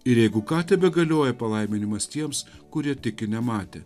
ir jeigu ką tebegalioja palaiminimas tiems kurie tiki nematę